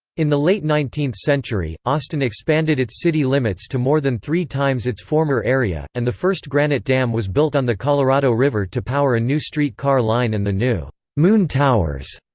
in the late nineteenth century, austin expanded its city limits to more than three times its former area, and the first granite dam was built on the colorado river to power a new street car line and the new moon towers.